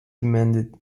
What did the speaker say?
demanded